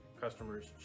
customers